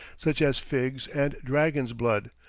such as figs, and dragon's blood,